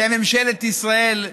שממשלת ישראל,